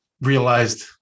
realized